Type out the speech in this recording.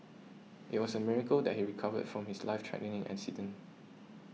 it was a miracle that he recovered from his life threatening accident